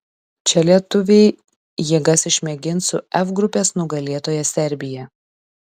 čia lietuviai jėgas išmėgins su f grupės nugalėtoja serbija